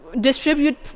distribute